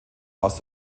aus